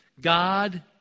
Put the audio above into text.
God